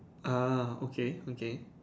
ah okay okay